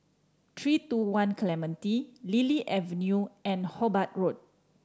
Three Two One Clementi Lily Avenue and Hobart Road